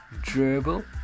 dribble